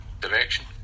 direction